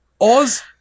Oz